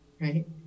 right